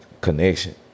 connection